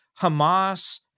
Hamas